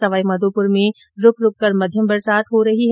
सवाईमाधोपुर में रूक रूक कर मध्यम बरसात हो रही है